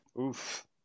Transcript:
Oof